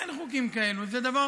אין חוקים כאלה, זה דבר